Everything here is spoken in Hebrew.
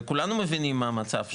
כולנו מבינים מה המצב שם.